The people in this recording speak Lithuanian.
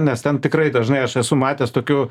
nes ten tikrai dažnai aš esu matęs tokių